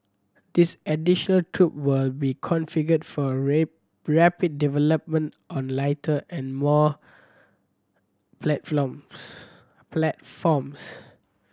this additional troop will be configured for rip rapid development on lighter and more platforms